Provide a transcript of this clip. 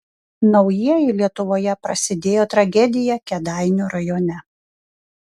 naujieji lietuvoje prasidėjo tragedija kėdainių rajone